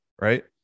Right